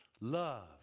Love